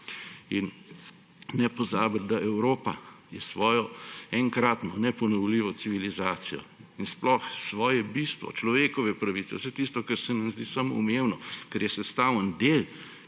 Ne pozabiti, da Evropa je svojo enkratno neponovljivo civilizacijo in sploh svoje bistvo, človekove pravice, vse tisto, kar se nam zdi samoumevno, kar je sestavni del